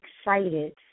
excited